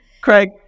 Craig